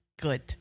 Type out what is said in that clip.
good